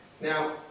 Now